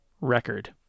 record